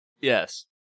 Yes